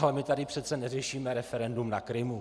Ale my tady přece neřešíme referendum na Krymu.